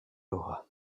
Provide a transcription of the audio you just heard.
laura